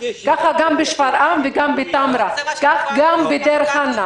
כך גם בשפרעם ובטמרה, כך גם בדיר חנא.